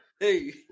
hey